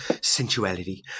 sensuality